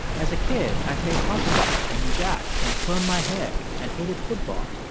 as a kid, i played hopscotch and jacks and permed my hair and hated football.